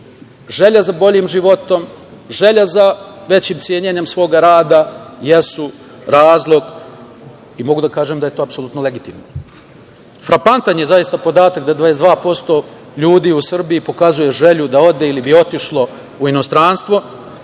želja za boljim životom, želja za većim cenjenjem svoga rada, jesu razlog i mogu da kažem da to je apsolutno legitimno. Frapantan je zaista podatak da 22% ljudi u Srbiji pokazuje želju da ode ili bi otišlo u inostranstvo,